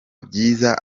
byiza